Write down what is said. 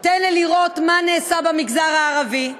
תן לי לראות מה נעשה במגזר הערבי,